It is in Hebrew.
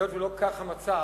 היות שלא כך המצב,